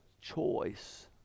choice